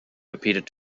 repeated